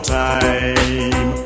time